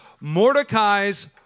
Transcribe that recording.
Mordecai's